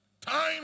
Time